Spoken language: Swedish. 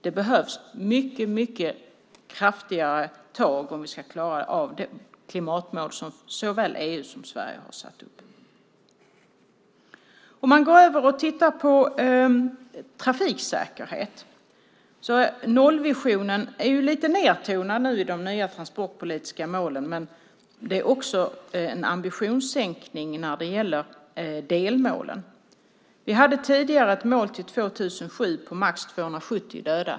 Det behövs mycket kraftigare tag om vi ska klara av det klimatmål som såväl EU som Sverige har satt upp. Det andra är trafiksäkerhet. Nollvisionen är lite nedtonad i de nya transportpolitiska målen, men det är också fråga om en ambitionssänkning när det gäller delmålen. Det fanns tidigare ett mål till 2007 på max 270 döda.